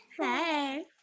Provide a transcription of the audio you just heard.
Hey